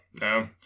no